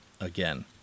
again